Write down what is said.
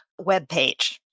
webpage